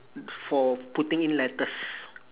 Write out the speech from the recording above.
for putting in letters